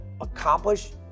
accomplish